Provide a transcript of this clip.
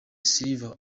silver